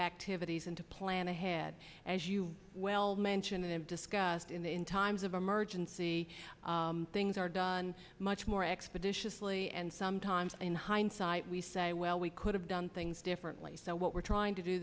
activities and to plan ahead as you well mentioned and discussed in the in times of emergency things are done much more expeditiously and sometimes in hindsight we say well we could have done things differently so what we're trying to do